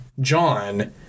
John